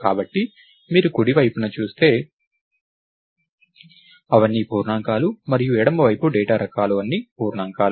కాబట్టి మీరు కుడి వైపున చూస్తే అవన్నీ పూర్ణాంకాలు మరియు ఎడమ వైపు డేటా రకాలు అన్నీ పూర్ణాంకాలు